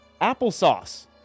Applesauce